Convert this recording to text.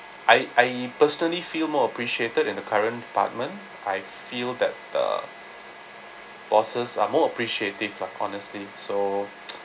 I I personally feel more appreciated in the current department I feel that the bosses are more appreciative lah honestly so